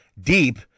deep